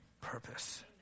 purpose